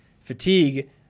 Fatigue